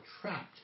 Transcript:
trapped